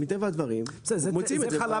מטבע הדברים מוצאים את זה.